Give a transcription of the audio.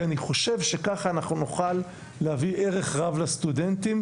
כי אני חושב שככה אנחנו נוכל להביא ערך רב לסטודנטים,